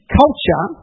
culture